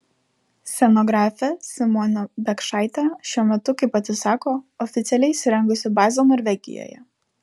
scenografė simona biekšaitė šiuo metu kaip pati sako oficialiai įsirengusi bazę norvegijoje